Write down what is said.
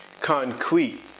concrete